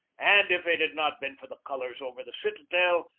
and if it had not been for the colors over the citadel,